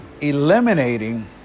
eliminating